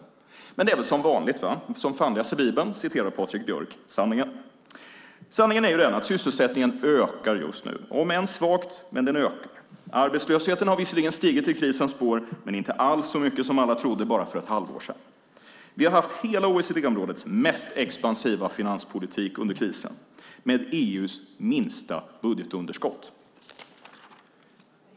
Men det är väl som vanligt: Som fan läser Bibeln citerar Patrik Björck sanningen. Sanningen är den att sysselsättningen ökar just nu, om än svagt. Arbetslösheten har visserligen stigit i krisens spår, men inte alls så mycket som alla trodde bara för ett halvår sedan. Vi har haft hela OECD-områdets mest expansiva finanspolitik under krisen, med EU:s minsta budgetunderskott.